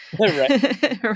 Right